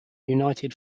united